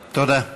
תודה.